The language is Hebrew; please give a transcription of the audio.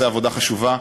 העושה עבודה חשובה,